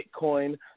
Bitcoin